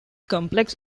complex